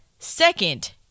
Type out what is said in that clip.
Second